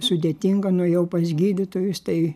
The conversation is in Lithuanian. sudėtinga nuėjau pas gydytojus tai